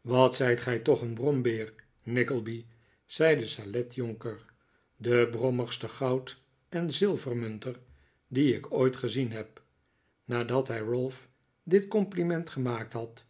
wat zijt gij toch een brombeer nickleby zei de saletjonker de brommigste goud en zilvermunter die ik ooit gezien heb nadat hij ralph dit compliment gemaakt had